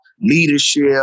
leadership